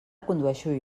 condueixo